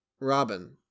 Robin